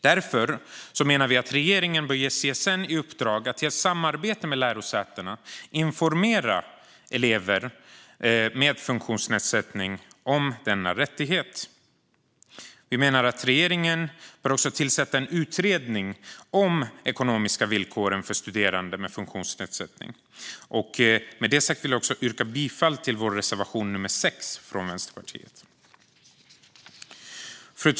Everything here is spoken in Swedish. Därför menar vi att regeringen bör ge CSN i uppdrag att i samarbete med lärosätena informera elever med funktionsnedsättning om denna rättighet. Vi menar också att regeringen bör tillsätta en utredning om de ekonomiska villkoren för studerande med funktionsnedsättning. Med detta sagt vill jag yrka bifall till vår reservation nummer 6 från Vänsterpartiet.